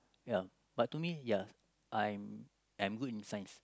ya but to me ya I am good in Science